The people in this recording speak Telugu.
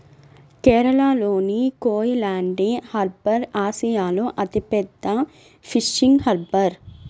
కేరళలోని కోయిలాండి హార్బర్ ఆసియాలో అతిపెద్ద ఫిషింగ్ హార్బర్